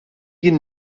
jien